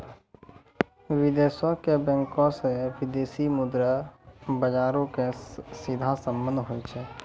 विदेशो के बैंको से विदेशी मुद्रा बजारो के सीधा संबंध होय छै